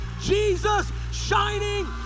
Jesus-shining